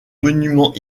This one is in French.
monuments